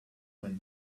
when